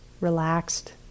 relaxed